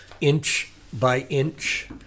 inch-by-inch